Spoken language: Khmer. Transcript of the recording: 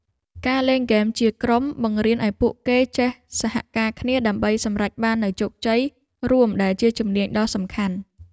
ការលេងហ្គេមជាក្រុមបង្រៀនឱ្យពួកគេចេះសហការគ្នាដើម្បីសម្រេចបាននូវជោគជ័យរួមដែលជាជំនាញដ៏សំខាន់។